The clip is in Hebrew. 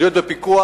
להיות בפיקוח.